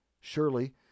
Surely